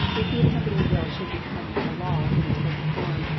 if the accompanying bill should become a law in its present form,